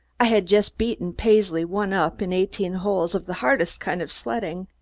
i had just beaten paisley one-up in eighteen holes of the hardest kind of sledding.